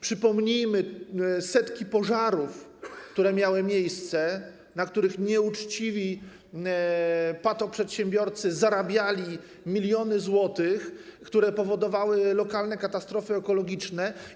Przypomnijmy setki pożarów, które miały miejsce, na których nieuczciwi patoprzedsiębiorcy zarabiali miliony złotych, które powodowały lokalne katastrofy ekologiczne.